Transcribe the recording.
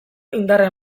indarra